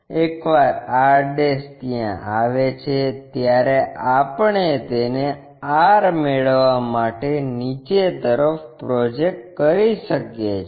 એકવાર r ત્યાં આવે છે ત્યારે આપણે તેને r મેળવવા માટે નીચે તરફ પ્રોજેક્ટ કરી શકીએ છીએ